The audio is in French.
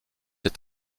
est